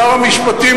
שר המשפטים,